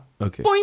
Okay